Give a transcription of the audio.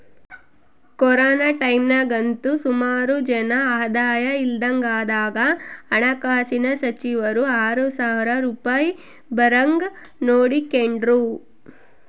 corona ಟೈಮ್ನಾಗಂತೂ ಸುಮಾರು ಜನ ಆದಾಯ ಇಲ್ದಂಗಾದಾಗ ಹಣಕಾಸಿನ ಸಚಿವರು ಆರು ಸಾವ್ರ ರೂಪಾಯ್ ಬರಂಗ್ ನೋಡಿಕೆಂಡ್ರು